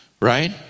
right